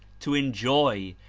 to enjoy,